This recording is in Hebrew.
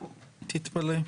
תתפלא.